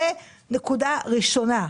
זאת הנקודה הראשונה.